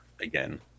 again